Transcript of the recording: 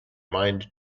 mind